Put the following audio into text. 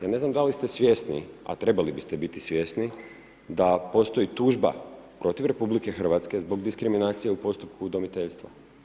Ja ne znam da li ste svjesni, a trebali biste biti svjesni da postoji tužba protiv RH zbog diskriminacije u postupku udomiteljstva.